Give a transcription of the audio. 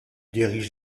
dirige